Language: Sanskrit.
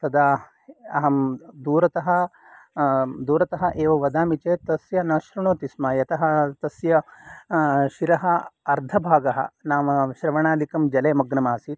तदा अहं दूरतः दूरतः एव वदामि चेत् तस्य न श्रुणोति स्म यतः तस्य शिरः अर्धभागः नाम श्रवणादिकं जले मग्नम् आसीत्